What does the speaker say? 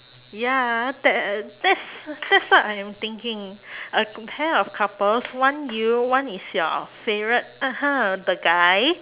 ya that that's that's what I am thinking a pair of couples one you one is your favourite (uh huh) the guy